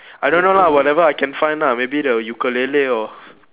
I don't know lah whatever I can find lah maybe the ukulele or